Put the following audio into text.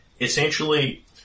Essentially